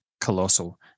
colossal